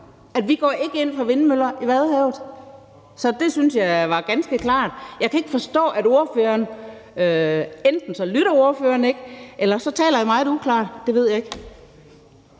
at vi ikke går ind for vindmøller i Vadehavet. Så det synes jeg var ganske klart. Så enten lytter ordføreren ikke, eller også taler jeg meget uklart – det ved jeg ikke.